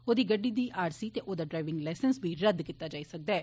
ओदी गड्डी दी आर सी ते ओदा ड्राईविंग लाइसैंस बी रद्द कीता जाई सकदा ऐ